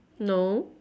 no